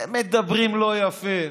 מדברים לא יפה,